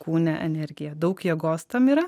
kūne energija daug jėgos tam yra